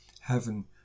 heaven